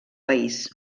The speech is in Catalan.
país